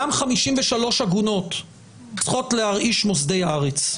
גם 53 עגונות צריכות להרעיש מוסדי ארץ,